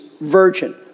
virgin